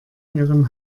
ihren